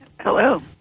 Hello